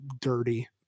dirty